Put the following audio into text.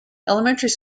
elementary